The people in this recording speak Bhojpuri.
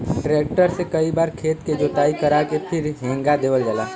ट्रैक्टर से कई बार खेत के जोताई करा के फिर हेंगा देवल जाला